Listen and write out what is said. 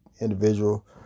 individual